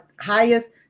highest